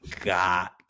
got